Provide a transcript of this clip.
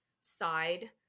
side